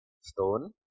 stone